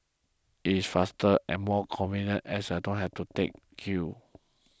it is faster and more convenient as I don't have to take queue